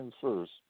first